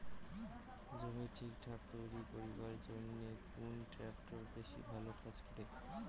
জমি ঠিকঠাক তৈরি করিবার জইন্যে কুন ট্রাক্টর বেশি ভালো কাজ করে?